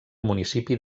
municipi